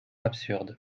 absurde